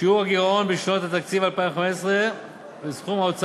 2015 ו-2016,